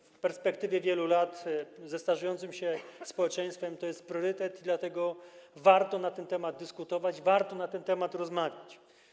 W perspektywie wielu lat ze starzejącym się społeczeństwem to jest priorytet, dlatego warto na ten temat dyskutować, warto na ten temat rozmawiać.